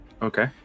Okay